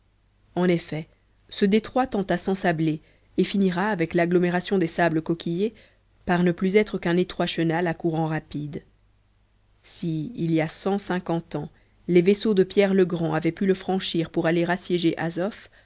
en effet ce détroit tend à s'ensabler et finira avec l'agglomération des sables coquilliers par ne plus être qu'un étroit chenal à courant rapide si il y a cent cinquante ans les vaisseaux de pierre le grand avaient pu le franchir pour aller assiéger azof